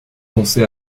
foncé